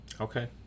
Okay